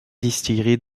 distillerie